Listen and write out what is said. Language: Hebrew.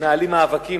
מתנהלים מאבקים,